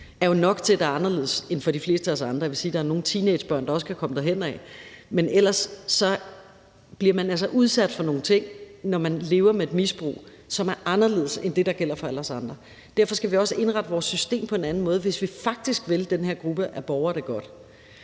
er jo nok til, at det er anderledes end for de fleste af os andre. Jeg vil sige, at der er nogle teenagebørn, der også kan komme derhenad, men ellers bliver man altså udsat for nogle ting, når man lever med et misbrug, som er anderledes end det, der gælder for alle os andre. Derfor skal vi også indrette vores system på en anden måde, hvis vi faktisk vil den her gruppe af borgere det godt.